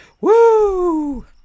Woo